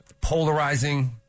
polarizing